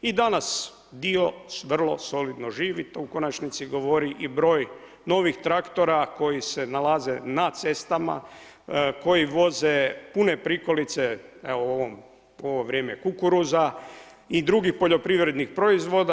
I danas dio vrlo solidno živi, to u konačnici govori i broj novih traktora koji se nalaze na cestama koji voze pune prikolice evo u ovo vrijeme kukuruza i drugih poljoprivrednih proizvoda.